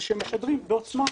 ידוע היום שמי שעוסק בתחום